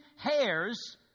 hairs